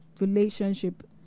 relationship